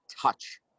touch